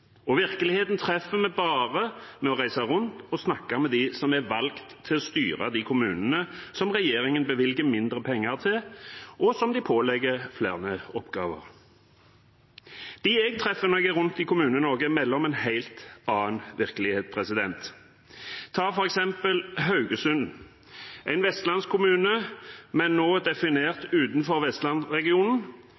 og virkeligheten treffer vi bare ved å reise rundt og snakke med dem som er valgt til å styre de kommunene – som regjeringen bevilger mindre penger til, og som de pålegger flere oppgaver. De jeg treffer når jeg er rundt i Kommune-Norge, melder om en helt annen virkelighet. Ta f.eks. Haugesund – en vestlandskommune, men nå definert